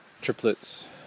triplets